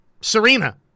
Serena